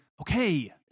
Okay